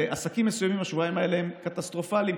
לעסקים מסוימים השבועיים האלה הם קטסטרופליים,